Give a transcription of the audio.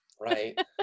Right